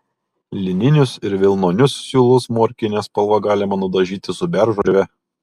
lininius ir vilnonius siūlus morkine spalva galima nudažyti su beržo žieve